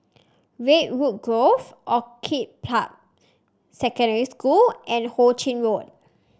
Redwood Grove Orchid Park Secondary School and Ho Ching Road